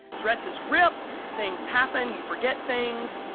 dresses rip, things happen, you forget things.